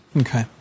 Okay